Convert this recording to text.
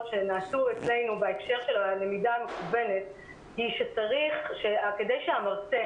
שנעשו אצלנו בהקשר של הלמידה המקוונת היא שכדי שהמרצה